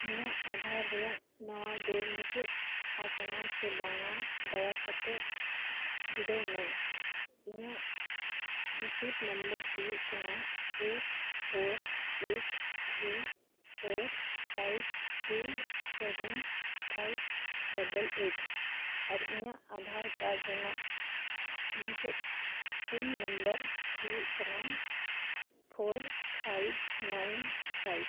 ᱤᱧᱟᱹᱜ ᱟᱫᱷᱟᱨ ᱨᱮᱭᱟᱜ ᱱᱚᱣᱟ ᱫᱚ ᱢᱩᱪᱟᱹᱫ ᱟᱠᱟᱱᱟ ᱥᱮ ᱵᱟᱝᱟ ᱫᱟᱭᱟ ᱠᱟᱛᱮᱫ ᱵᱤᱰᱟᱹᱣ ᱢᱮ ᱤᱧᱟᱹᱜ ᱦᱩᱭᱩᱜ ᱠᱟᱱᱟ eight four eight three four five two seven five eight ᱟᱨ ᱤᱧᱟᱹᱜ ᱨᱮᱱᱟᱜ ᱢᱩᱪᱟᱹᱫ ᱯᱩᱱ ᱦᱩᱭᱩᱜ ᱠᱟᱱᱟ ᱯᱷᱳᱨ ᱯᱷᱟᱭᱤᱵᱷ ᱱᱟᱭᱤᱱ ᱯᱷᱟᱭᱤᱵᱷ